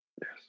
Yes